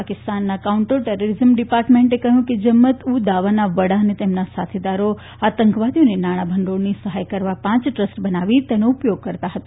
પાકિસ્તાનના counter terrorism ડિપાર્ટમેન્ટે કહ્યું છે કે જમ્મત ઉ દાવાના વડા અને તેમના સાથીદારો આતંકવાદીઓને નાણાં ભંડોળની સહાય કરવા પાંચ ટ્રસ્ટ બનાવીને તેનો ઉપયોગ કરતા હતા